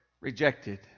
rejected